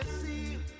see